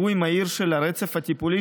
ועיבוי מהיר של הרצף הטיפולי,